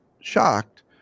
shocked